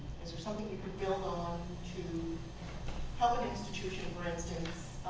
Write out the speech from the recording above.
something you could build on to help an institution for instance